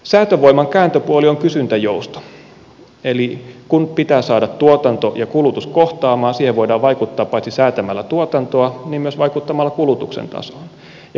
säätövoiman kääntöpuoli on kysyntäjousto eli kun pitää saada tuotanto ja kulutus kohtaamaan siihen voidaan vaikuttaa paitsi säätämällä tuotantoa myös vaikuttamalla kulutuksen tasoon